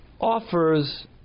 offers